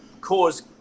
cause